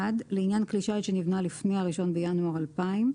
לעניין כלי שיט שנבנה לפני 1 בינואר 2000,